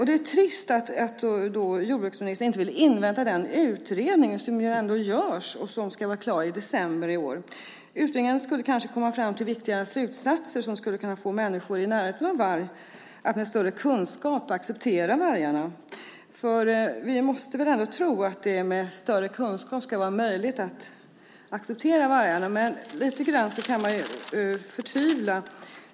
Det är därför trist att jordbruksministern inte vill invänta den utredning som pågår och som ska vara klar i december i år. Utredningen skulle kanske komma fram till viktiga slutsatser som skulle kunna få människor i närheten av varg att med större kunskap acceptera vargarna. Vi måste väl ändå tro att det är med större kunskap acceptansen ska öka. Men lite grann kan man förtvivla.